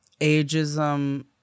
ageism